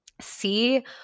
See